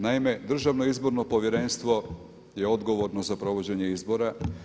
Naime, Državno izborno povjerenstvo je odgovorno za provođenje izbora.